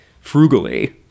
frugally